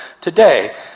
today